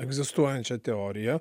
egzistuojančią teoriją